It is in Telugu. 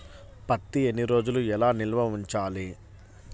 పత్తి ఎన్ని రోజులు ఎలా నిల్వ ఉంచాలి?